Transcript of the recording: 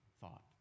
thought